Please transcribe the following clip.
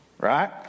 Right